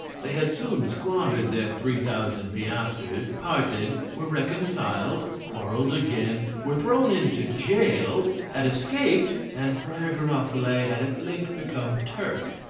they had soon squandered their three thousand piastres, parted, were reconciled, quarrelled again, were thrown into gaol, so had escaped, and friar giroflee had at length become turk.